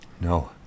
No